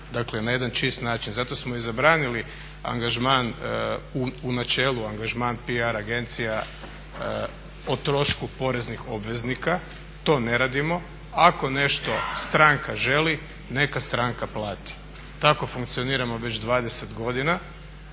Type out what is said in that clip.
dakle na jedan čist način. Zato smo i zabranili angažman, u načelu angažman PR agencija o trošku poreznih obveznika. To ne radimo. Ako nešto stranka želi neka stranka plati. Tako funkcioniramo već 20 godina,